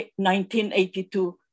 1982